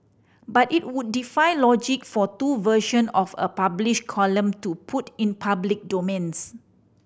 but it would defy logic for two version of a published column to put in public domains